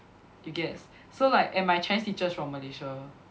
you get so like and my Chinese teacher is from Malaysia